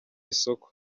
isoko